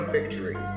Victory